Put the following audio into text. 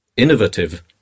Innovative